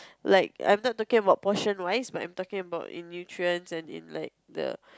like I'm not talking about portion wise but I'm taking about in nutrients and in like the